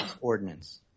ordinance